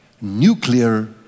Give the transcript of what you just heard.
nuclear